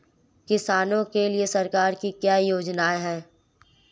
किसानों के लिए सरकार की क्या योजनाएं हैं?